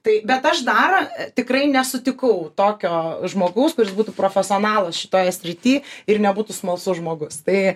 tai bet aš dar tikrai nesutikau tokio žmogaus kuris būtų profesionalas šitoje srity ir nebūtų smalsus žmogus tai